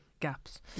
gaps